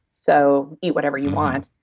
so eat whatever you want,